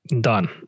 done